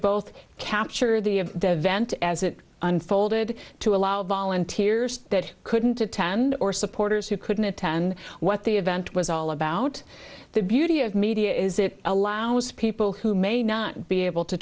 both capture the vent as it unfolded to allow volunteers that couldn't attend or supporters who couldn't attend what the event was all about the beauty of media is it allows people who may not be able to